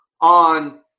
on